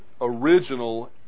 original